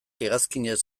hegazkinez